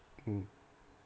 mm